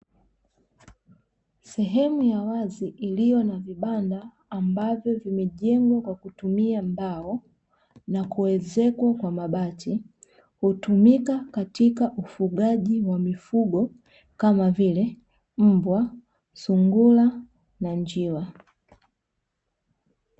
Sehemu ya wazi iliyo na vibanda ambavyo vimejengwa kwa kutumia mbao na kuezekwa kwa mabati, hutumika katika ufugaji wa mifugo, kama vile; mbwa, sungura na njiwa.